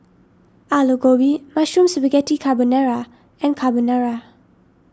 Alu Gobi Mushroom Spaghetti Carbonara and Carbonara